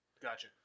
Gotcha